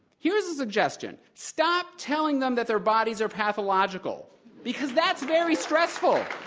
here's a suggestion. stop telling them that their bodies are pathological because that's very stressful.